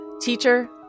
teacher